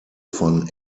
von